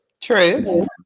True